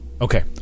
Okay